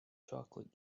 chocolate